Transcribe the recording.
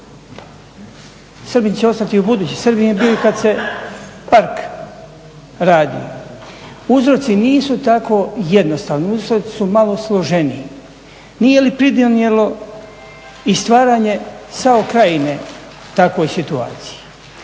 Srbin će ostati i ubuduće, Srbin je bio i kad se park radio. Uzroci nisu tako jednostavni, uzroci su malo složeniji. Nije li pridonijelo i stvaranje SAO krajine takvoj situaciji,